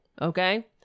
okay